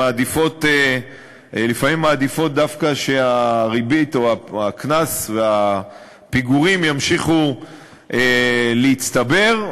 הן לפעמים מעדיפות דווקא שהריבית או הקנס והפיגורים ימשיכו להצטבר,